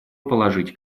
положить